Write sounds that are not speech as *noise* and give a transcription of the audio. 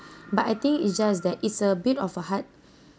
*breath* but I think it's just that it's a bit of a hard *breath*